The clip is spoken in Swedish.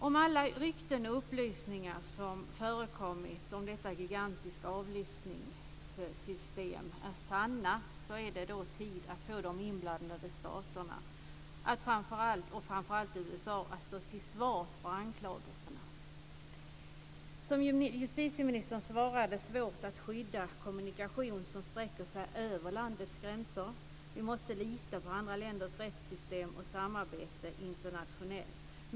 Om alla rykten och upplysningar som förekommit om detta gigantiska avlyssningssystem är sanna är det tid att få de inblandade staterna, framför allt USA, att stå till svars för anklagelserna. Som justitieministern svarade är det svårt att skydda kommunikation som sträcker sig över landets gränser. Vi måste lita på andra länders rättssystem och samarbeta internationellt.